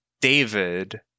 David